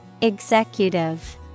Executive